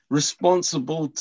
responsible